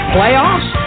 Playoffs